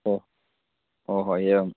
ओ ओ हो एवं